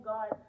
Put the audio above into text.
God